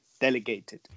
Delegated